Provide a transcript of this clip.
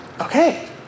okay